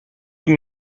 give